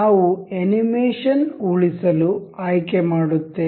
ನಾವು ಅನಿಮೇಷನ್ ಉಳಿಸಲು ಆಯ್ಕೆ ಮಾಡುತ್ತೇವೆ